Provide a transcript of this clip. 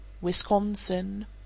WISCONSIN